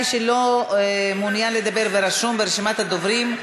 מי שלא מעוניין לדבר ורשום ברשימת הדוברים,